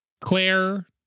Claire